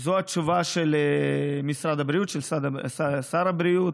זו התשובה של משרד הבריאות, של שר הבריאות.